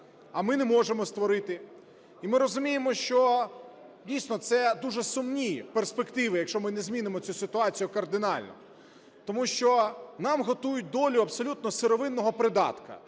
а ми не можемо створити. І ми розуміємо, що це, дійсно, дуже сумні перспективи, якщо ми не змінимо цю ситуацію кардинально, тому що нам готують долю абсолютно сировинного придатка.